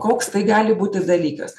koks tai gali būti dalykas